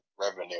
revenue